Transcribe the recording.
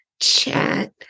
chat